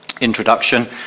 introduction